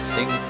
Sing